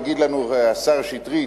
יגיד לנו השר שטרית,